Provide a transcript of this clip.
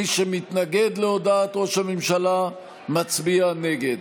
מי שמתנגד להודעת ראש הממשלה מצביע נגד.